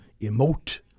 emote